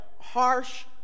harsh